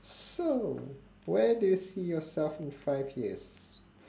so where do you see yourself in five years